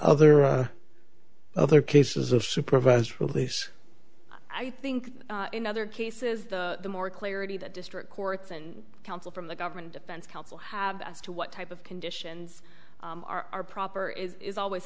other or other cases of supervised release i think in other cases the more clarity the district courts and counsel from the government defense counsel have as to what type of conditions are proper is always